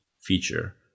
feature